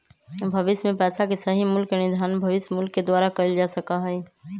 भविष्य में पैसा के सही मूल्य के निर्धारण भविष्य मूल्य के द्वारा कइल जा सका हई